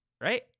Right